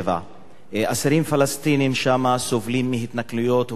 אסירים פלסטינים שם סובלים מהתנכלויות ומעינויים,